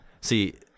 see